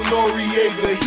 Noriega